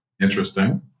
Interesting